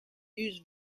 use